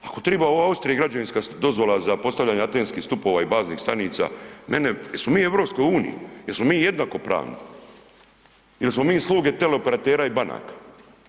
Ako triba u Austriji građevinska dozvola za postavljanje antenskih stupova i baznih stanica mene, jesmo mi u EU, jesmo mi jednakopravni ili smo mi sluge teleoperatera i banaka.